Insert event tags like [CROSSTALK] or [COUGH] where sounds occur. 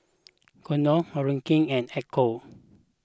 [NOISE] Konnor Horacio and Echo